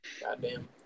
Goddamn